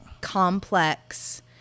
complex